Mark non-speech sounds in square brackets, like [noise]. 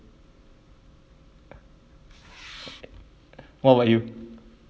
[noise] what about you